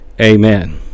amen